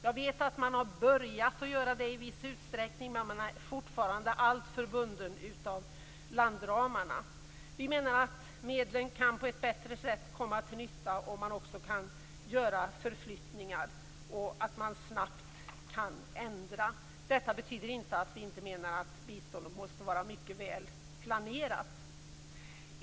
Jag vet att man har börjat att göra så i viss utsträckning, men man är fortfarande alltför bunden av landramarna. Medlen kan komma till nytta på ett bättre sätt om man kan göra förflyttningar och snabbt ändra i biståndet. Men detta betyder inte att biståndet inte måste vara mycket väl planerat.